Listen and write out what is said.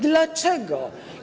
Dlaczego?